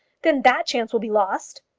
then that chance will be lost.